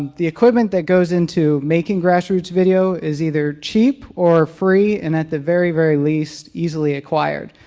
the equipment that goes into making grassroots video is either cheap or free and at the very, very least easily acquired.